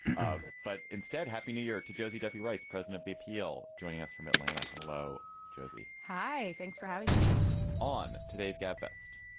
ah but instead, happy new year to to jose duffy, writes president bpl. joining us from atlanta. hello, jose hi thanks for having me on today's gabfest.